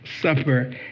supper